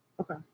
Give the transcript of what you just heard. Okay